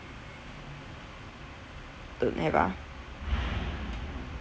don't have ah